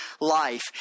life